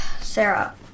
Sarah